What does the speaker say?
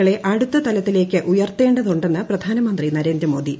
കളെ അടുത്ത തലത്തിലേയ്ക്ക് ഉയർത്തേണ്ടതുണ്ടെന്ന് പ്രധാനമന്ത്രി നരേന്ദ്ര മോദി